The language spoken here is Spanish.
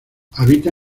habita